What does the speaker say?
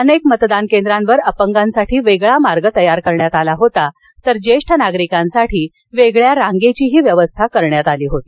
अनेक मतदान केंद्रावर अपगासाठी वेगळा मार्ग तयार करण्यात आला होता तर ज्येष्ठ नागरिकांसाठी वेगळ्या रांगेची व्यवस्था करण्यात आली होती